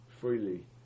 freely